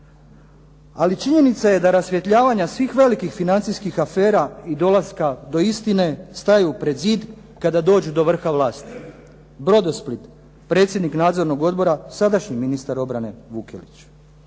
Ali činjenica je da rasvjetljavanja svih velikih financijskih afera i dolaska do istine staju pred zid kada dođu do vrha vlasti. "Brodosplit", predsjednik nadzornog odbora, sadašnji ministar obrane Vukelić.